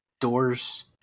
doors